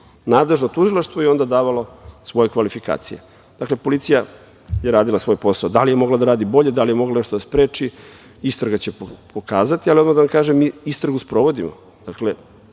Nadležno tužilaštvo je onda davalo svoje kvalifikacije. Policija je radila svoj posao. Da li je mogla da radi bolje, da li je mogla nešto da spreči – istraga će pokazati, ali da vam kažem da mi istragu sprovodimo.